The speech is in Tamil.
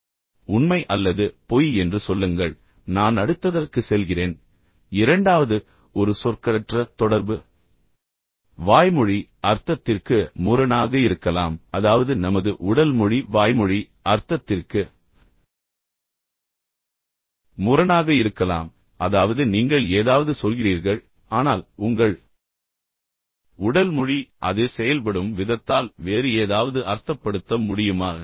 எனவே உண்மை அல்லது பொய் என்று சொல்லுங்கள் நான் அடுத்ததற்கு செல்கிறேன் இரண்டாவது ஒரு சொற்களற்ற தொடர்பு வாய்மொழி அர்த்தத்திற்கு முரணாக இருக்கலாம் அதாவது நமது உடல் மொழி வாய்மொழி அர்த்தத்திற்கு முரணாக இருக்கலாம் அதாவது நீங்கள் ஏதாவது சொல்கிறீர்கள் ஆனால் உங்கள் உடல் மொழி அது செயல்படும் விதத்தால் வேறு ஏதாவது அர்த்தப்படுத்த முடியுமா